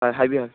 ꯍꯣꯏ ꯍꯥꯏꯕꯤꯌꯨ